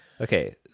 okay